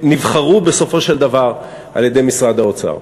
שנבחרו בסופו של דבר על-ידי משרד האוצר,